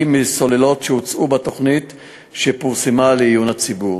מסוללות שהוצעו בתוכנית שפורסמה לעיון הציבור.